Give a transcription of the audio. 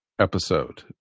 episode